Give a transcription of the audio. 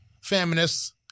feminists